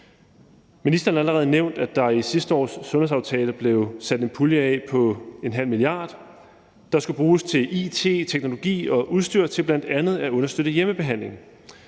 Ministeren har allerede nævnt, at der i sidste års sundhedsaftale blev sat en pulje af på en halv milliard, der skal bruges til it, teknologi og udstyr til bl.a. at understøtte hjemmebehandling.